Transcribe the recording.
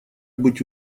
быть